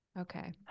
Okay